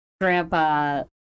grandpa